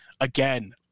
again